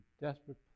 desperate